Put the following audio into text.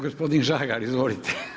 Gospodin Žagar, izvolite.